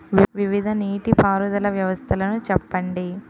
వివిధ నీటి పారుదల వ్యవస్థలను చెప్పండి?